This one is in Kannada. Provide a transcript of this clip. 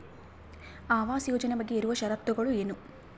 ಆವಾಸ್ ಯೋಜನೆ ಬಗ್ಗೆ ಇರುವ ಶರತ್ತುಗಳು ಏನು?